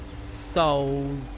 souls